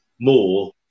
more